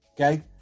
Okay